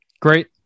great